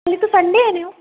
কাইলৈটো চানদে এনেও